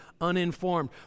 uninformed